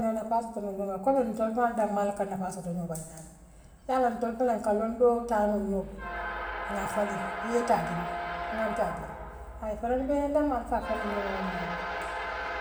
Ňon nafaa soto ňoŋ damaal kommu ntool faŋ damaal ka nafaa soto ňoŋ bala ňaami yaa loŋ ntool fele nka luŋ dool taa la ňoŋ ňoo bulu ŋaa faliŋ yee taatan'na ŋantaateela haa yee fanaŋ bee dool man karfala dool moo woo ňaama.